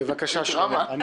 בבקשה, שלמה.